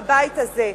בבית הזה,